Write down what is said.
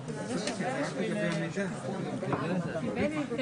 ביקשנו הפסקה כרגע 10 דקות ולכן אם יש